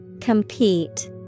Compete